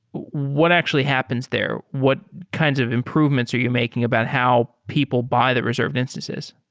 what actually happens there? what kinds of improvements are you making about how people buy the reserved instances?